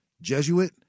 Jesuit